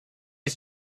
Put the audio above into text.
his